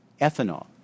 ethanol